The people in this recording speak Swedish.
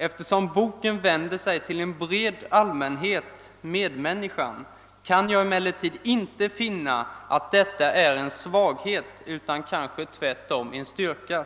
Eftersom boken vänder sig till en bred allmänhet, ”medmänniskan”', kan jag emellertid inte finna att detta är en svaghet utan kanske tvärtom en styrka.»